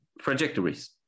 trajectories